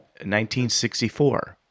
1964